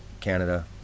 Canada